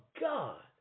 God